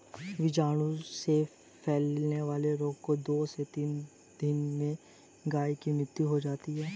बीजाणु से फैलने वाले रोगों से दो से तीन दिन में गायों की मृत्यु हो जाती है